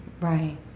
Right